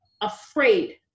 afraid